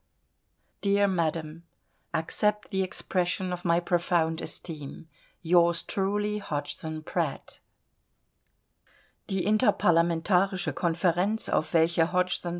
hodgson pratt die interparlamentarische konferenz auf welche